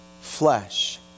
flesh